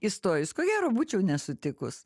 įstojus ko gero būčiau nesutikus